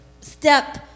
step